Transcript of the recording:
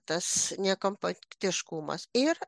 tas ne kompaktiškumas ir